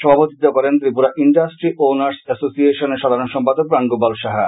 সভাপতিত্ব করেন Tripura industry owners এসোসিয়েশনের সাধারণ সম্পাদক প্রাণগোপাল সাহা